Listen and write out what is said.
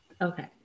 Okay